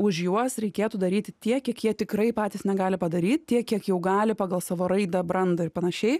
už juos reikėtų daryti tiek kiek jie tikrai patys negali padaryt tiek kiek jau gali pagal savo raidą brandą ir panašiai